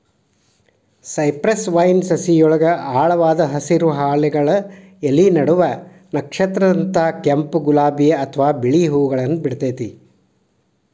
cypress vine ಸಸಿಯೊಳಗ ಆಳವಾದ ಹಸಿರು, ಹಾಲೆಗಳ ಎಲಿ ನಡುವ ನಕ್ಷತ್ರದಂತ ಕೆಂಪ್, ಗುಲಾಬಿ ಅತ್ವಾ ಬಿಳಿ ಹೂವುಗಳನ್ನ ಬಿಡ್ತೇತಿ